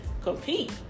compete